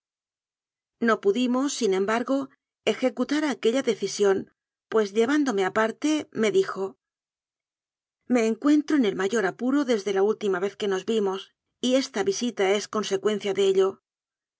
no pudimos sin embargo ejecutar aquella de cisión pues llevándome aparte me dijo me en cuentro en el mayor apuro desde la última vez que nos vimos y esta visita es consecuencia de ello